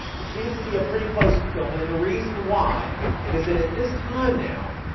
it seems to be a pretty close fulfillment and the reason why is that at this time now?